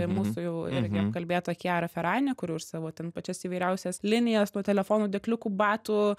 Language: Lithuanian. mūsų jau irgi apkalbėta kiara ferani kuri už savo ten pačias įvairiausias linijas nuo telefonų dėkliukų batų